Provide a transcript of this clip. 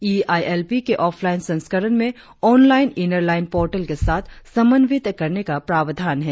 ई ILP के offline संस्करण में ऑनलाइन इनर लाइन पोर्टल के साथ समन्वित करने का प्रावधान है